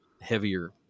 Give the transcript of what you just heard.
heavier